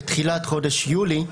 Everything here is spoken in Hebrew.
בתחילת חודש יולי,